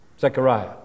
Zechariah